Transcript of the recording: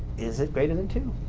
is it greater than two?